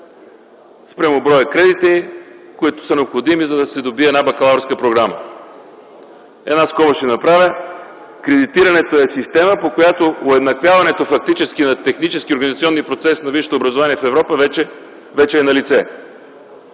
спрямо броя кредити, които са необходими, за да се добие една бакалавърска програма. (Кредитирането е система, по която уеднаквяването фактически на техническия организационен процес на висшето образование в Европа вече е налице.)